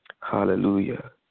Hallelujah